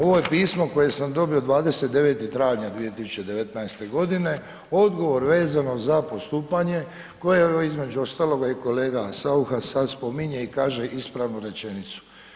Ovo je pismo koje sam dobio 29. travnja 2019. g., odgovor vezano za postupanje koje između ostaloga i kolega Saucha sad spominje i kaže ispravnu rečenicu.